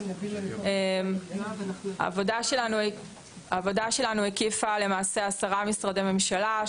העבודה שלנו הקיפה 10 משרדי הממשלה,